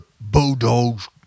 bulldogs